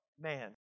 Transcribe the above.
man